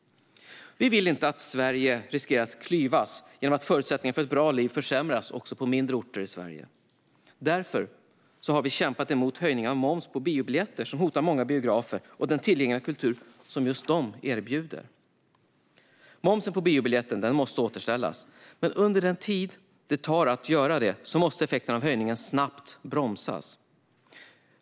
Vi vill inte att Sverige ska riskera att klyvas genom att förutsättningarna för ett bra liv försämras på mindre orter. Därför har vi kämpat emot den höjning av momsen på biobiljetter som hotar många biografer och den tillgängliga kultur dessa erbjuder. Momsen på biobiljetten måste återställas, men under den tid det tar att göra detta måste effekterna av höjningen snabbt bromsas.